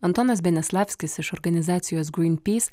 antanas benislavskis iš organizacijos greenpeace